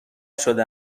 شده